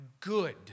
good